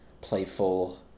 playful